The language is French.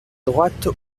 droite